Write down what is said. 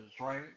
right